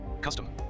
Custom